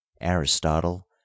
aristotle